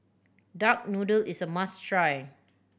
duck noodle is a must try